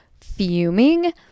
fuming